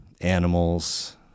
animals